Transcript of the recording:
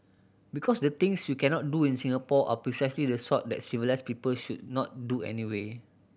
because the things you cannot do in Singapore are precisely the sort that civilised people should not do anyway